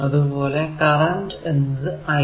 അതുപോലെ കറന്റ് എന്നത് I